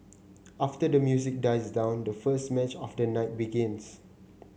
after the music dies down the first match of the night begins